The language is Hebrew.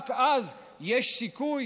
רק אז יש סיכוי